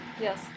Yes